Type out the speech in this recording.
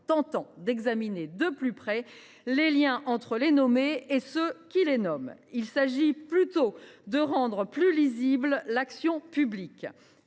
tentant d’examiner de plus près les liens entre les nommés et ceux qui les nomment… Il s’agit plutôt de rendre plus lisible l’action publique.